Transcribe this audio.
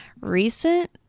recent